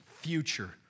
future